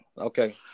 okay